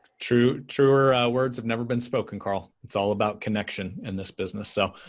truer truer words have never been spoken, carl. it's all about connection in this business. so,